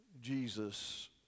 Jesus